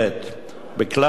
בכלל המגזרים,